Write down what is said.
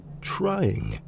trying